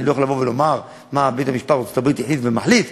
אני לא יכול לבוא ולומר מה בית-המשפט בארצות-הברית החליט ומחליט,